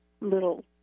little